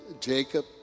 Jacob